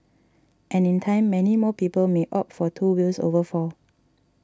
and in time many more people may opt for two wheels over four